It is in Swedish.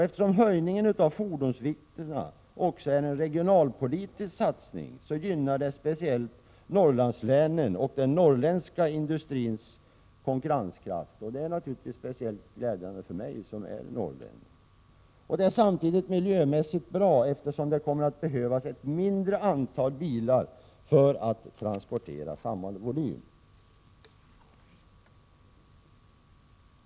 Eftersom höjningen av fordonsvikterna också är en regionalpolitisk satsning, gynnar detta speciellt Norrlandslänen och den norrländska industrins konkurrenskraft. Det är naturligtvis speciellt glädjande för mig som är norrlännig. Samtidigt är detta en miljömässig fördel, eftersom det kommer att behövas ett mindre antal bilar för att transportera samma volym.